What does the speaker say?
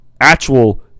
actual